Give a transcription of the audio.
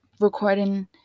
recording